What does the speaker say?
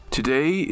Today